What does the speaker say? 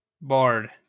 Bard